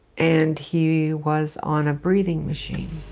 and he was on a breathing machine.